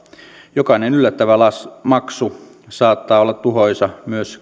jokainen yllättävä maksu saattaa olla tuhoisa myös